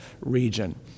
region